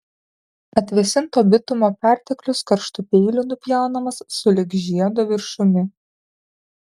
atvėsinto bitumo perteklius karštu peiliu nupjaunamas sulig žiedo viršumi